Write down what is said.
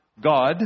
god